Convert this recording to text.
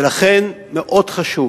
ולכן מאוד חשוב